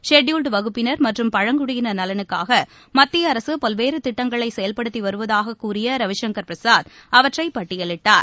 scheduled வகுப்பினர் மற்றும் பழங்குடியினர் நலனுக்காகமத்திய அரசுபல்வேறுதிட்டங்களைசெயல்படுத்திவருவதாககூறியரவிசங்கர் பிரசாத் அவற்றைபட்டியலிட்டார்